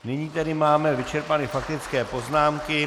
Nyní tedy máme vyčerpány faktické poznámky.